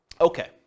Okay